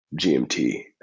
gmt